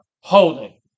holding